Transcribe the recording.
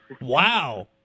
Wow